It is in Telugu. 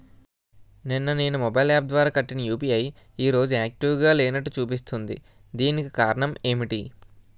నిన్న నేను మొబైల్ యాప్ ద్వారా కట్టిన యు.పి.ఐ ఈ రోజు యాక్టివ్ గా లేనట్టు చూపిస్తుంది దీనికి కారణం ఏమిటి?